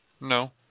No